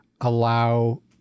allow